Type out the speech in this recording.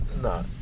No